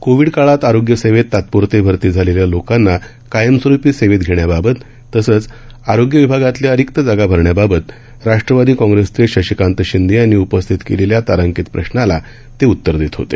Covid काळात आरोग्य सेवेत तात्पूरते भरती झालेल्या लोकांना कायमस्वरूपी सेवेत घेण्याबाबत आणि आरोग्य विभागातल्या रिक्त जागा भरण्याबाबत राष्ट्रवादी काँग्रेसचे शशिकांत शिंदे यांनी उपस्थित केलेल्या तारांकित प्रश्नाला ते उत्तर देत होते